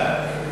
למה?